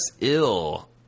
Ill